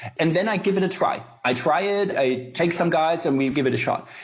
and then i give it a try. i try it, i take some guys and we give it a shot.